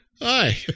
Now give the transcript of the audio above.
Hi